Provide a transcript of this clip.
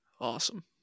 Awesome